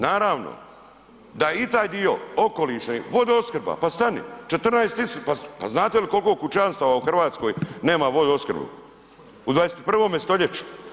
Naravno da i taj dio okolišni, vodoopskrba, pa stani, 14, pa znate li koliko kućanstava u Hrvatskoj nema vodoopskrbu u 21. stoljeću.